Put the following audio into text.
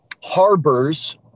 harbors